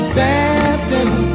dancing